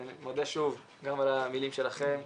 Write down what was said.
אני מודה שוב גם על המילים שלכם,